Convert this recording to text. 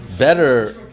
Better